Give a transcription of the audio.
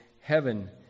heaven